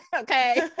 Okay